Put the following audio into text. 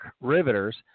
Riveters